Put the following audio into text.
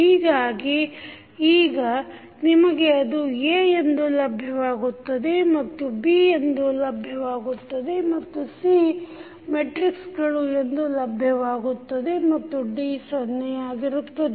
ಹೀಗಾಗಿ ಈಗ ನಿಮಗೆ ಅದು A ಎಂದು ಲಭ್ಯವಾಗುತ್ತದೆ ಇದು B ಎಂದು ಲಭ್ಯವಾಗುತ್ತದೆ ಮತ್ತು ಇದು C ಮೆಟ್ರಿಕ್ಸ್ಗಳು ಎಂದು ಲಭ್ಯವಾಗುತ್ತದೆ ಮತ್ತು D ಸೊನ್ನೆಯಾಗಿರುತ್ತದೆ